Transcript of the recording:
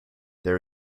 there